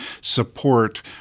support